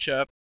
up